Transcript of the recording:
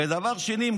ודבר שני,